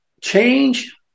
change